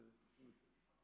ב-99.